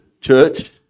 church